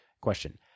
question